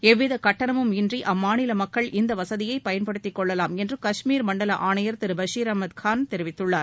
எவ்வித கட்டணமும் இன்றி அம்மாநில மக்கள் இந்த வசதியை பயன்படுத்திக் கொள்ளலாம் என்று காஷ்மீர் மண்டல ஆணையர் திரு பஷீர் அகமது கான் தெரிவித்துள்ளார்